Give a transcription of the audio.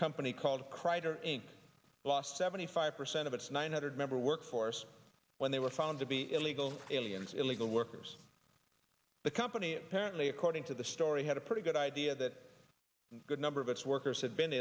company called kreiter inc lost seventy five percent of its nine hundred member workforce when they were found to be illegal aliens illegal workers the company parent according to the story had a pretty good idea that a good number of its workers had been